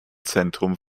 zentrum